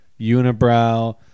unibrow